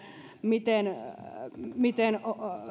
miten miten